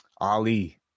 Ali